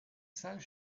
salles